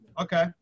Okay